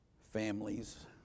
Families